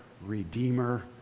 Redeemer